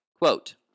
Quote